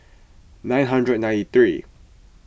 nine hundred ninety three